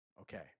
okay